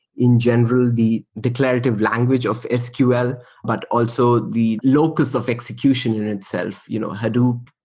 in general, the declarative language of ah sql, but also the low cost of execution in itself. you know hadoop,